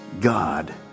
God